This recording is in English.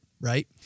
right